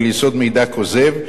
על יסוד מידע כוזב,